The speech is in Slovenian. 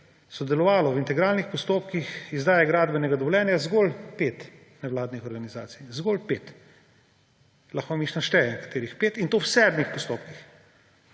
sodelovalo v integralnih postopkih izdaje gradbenega dovoljenja zgolj 5 nevladnih organizacij, zgolj 5. Lahko vam jih naštejem, katerih 5, in to v sedmih postopkih.